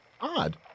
odd